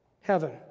heaven